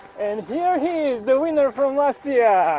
and here he is! the winner from last yeah